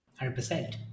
100%